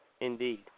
Indeed